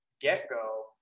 get-go